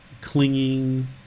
clinging